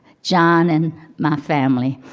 john and my family.